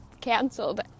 canceled